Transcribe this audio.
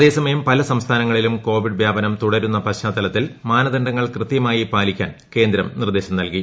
അതേസമയം പലസംസ്ഥാനങ്ങളിലും കോവിഡ് വ്യാപനം തുടരുന്ന പശ്ചാത്തലത്തിൽ മാനദണ്ഡങ്ങൾ കൃത്യമായി പാലിക്കാൻ കേന്ദ്രം നിർദ്ദേശം നൽകി